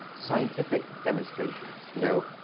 scientific demonstrations. you know,